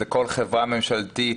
זה כל חברה ממשלתית,